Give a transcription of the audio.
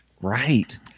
Right